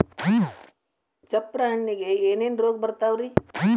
ಚಪ್ರ ಹಣ್ಣಿಗೆ ಏನೇನ್ ರೋಗ ಬರ್ತಾವ?